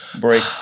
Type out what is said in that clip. break